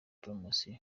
poromosiyo